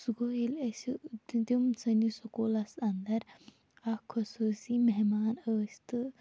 سُہ گوٚو ییٚلہِ أسۍ تِم سٲنِس سُکوٗلَس اَندَر اکھ خصوصی مہمان ٲسۍ تہٕ